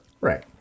Right